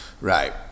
Right